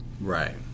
Right